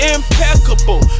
Impeccable